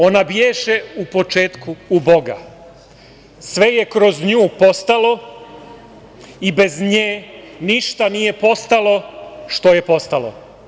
Ona bješe u početku u boga, sve je kroz nju postalo i bez nje ništa nije postalo što je postalo.